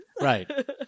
Right